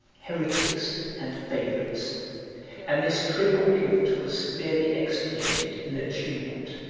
heretics, and favorites and this triple guilt was severely expiated in the tumult,